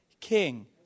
king